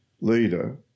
leader